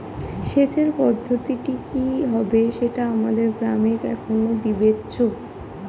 সেচের পদ্ধতিটি কি হবে সেটা আমাদের গ্রামে এখনো বিবেচ্য